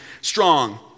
strong